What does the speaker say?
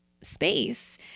space